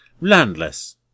Landless